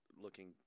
looking